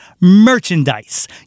merchandise